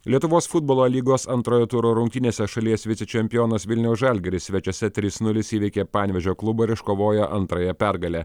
lietuvos futbolo lygos antrojo turo rungtynėse šalies vicečempionas vilniaus žalgiris svečiuose trys nulis įveikė panevėžio klubą ir iškovojo antrąją pergalę